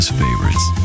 favorites